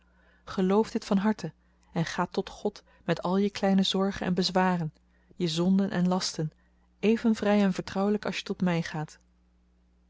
geloof dit van harte en ga tot god met al je kleine zorgen en bezwaren je zonden en lasten even vrij en vertrouwelijk als je tot mij gaat